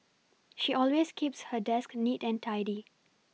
she always keeps her desk neat and tidy